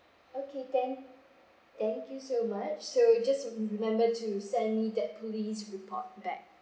okay thank thank you so much so just remember to send me that police report back